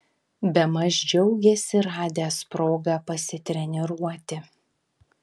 bemaž džiaugėsi radęs progą pasitreniruoti